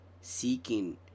Seeking